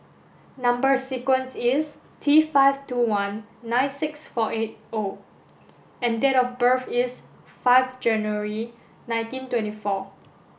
number sequence is T five two one nine six four eight O and date of birth is five January nineteen twenty four